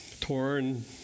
Torn